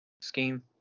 scheme